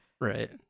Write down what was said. Right